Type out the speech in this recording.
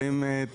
אבל אם תקשיב,